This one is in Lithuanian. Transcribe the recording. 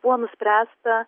buvo nuspręsta